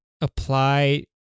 apply